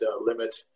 limit